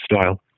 style